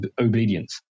obedience